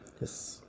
Yes